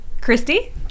Christy